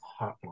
hotline